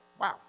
Wow